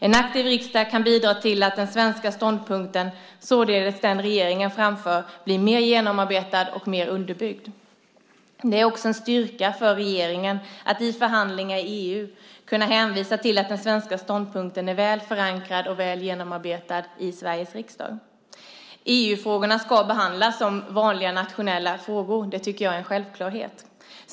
En aktiv riksdag kan bidra till att den svenska ståndpunkten, således den ståndpunkt som regeringen framför, blir mer genomarbetad och bättre underbyggd. Det är också en styrka för regeringen att i förhandlingar i EU kunna hänvisa till att den svenska ståndpunkten är väl förankrad och väl genomarbetad i Sveriges riksdag. EU-frågorna ska behandlas som vanliga nationella frågor; det tycker jag är en självklarhet.